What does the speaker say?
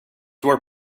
were